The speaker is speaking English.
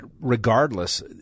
regardless